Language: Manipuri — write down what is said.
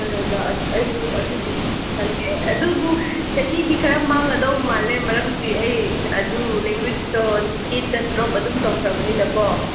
ꯍꯣꯏ ꯑꯣꯖꯥ ꯑꯩꯁꯨ ꯑꯗꯨꯗꯤ ꯈꯟꯗꯤ ꯈꯟꯂꯦ ꯑꯗꯨꯕꯨ ꯆꯍꯤꯗꯤ ꯈꯔ ꯃꯥꯡꯒꯗꯧꯕ ꯃꯥꯜꯂꯦ ꯃꯔꯝꯗꯤ ꯑꯩ ꯑꯗꯨ ꯂꯦꯡꯒꯣꯏꯁꯇꯣ ꯑꯩꯠꯇ ꯗ꯭ꯔꯣꯞ ꯑꯗꯨꯝ ꯇꯧꯈ꯭ꯔꯕꯅꯤꯅꯀꯣ